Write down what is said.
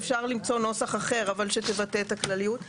וכשדיברו על שכר של שוטרים,